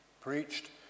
preached